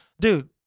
dude